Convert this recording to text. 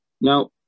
now